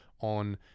on